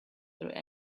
through